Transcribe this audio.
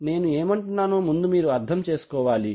నేను ఏమంటున్నానో ముందు మీరు అర్థం చేసుకోవాలి